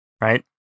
right